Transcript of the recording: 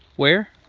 where?